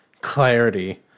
clarity